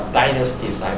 dynasties